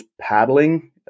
paddling